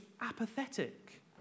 apathetic